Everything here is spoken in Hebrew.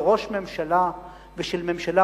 של ראש ממשלה ושל ממשלה,